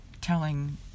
telling